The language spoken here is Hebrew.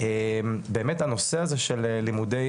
באמת הנושא הזה של לימודי,